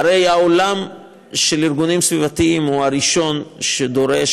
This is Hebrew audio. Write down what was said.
הרי העולם של הארגונים הסביבתיים הוא הראשון שדורש,